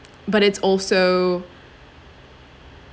but it's also